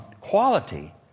quality